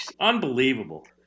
unbelievable